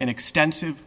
an extensive